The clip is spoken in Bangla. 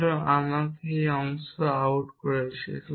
সুতরাং আমাকে এই অংশ আউট হয়েছে